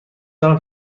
دارم